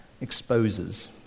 exposes